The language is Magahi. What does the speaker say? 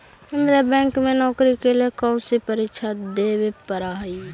केन्द्रीय बैंक में नौकरी के लिए कौन सी परीक्षा देवे पड़ा हई